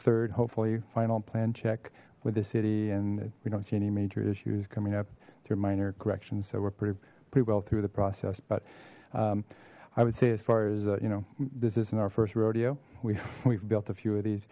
third hopefully final plan check with the city and we don't see any major issues coming up through minor corrections so we're pretty pretty well through the process but i would say as far as you know this isn't our first rodeo we we've built a few of these